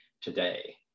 today